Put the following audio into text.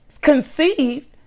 conceived